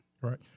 Right